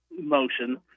motion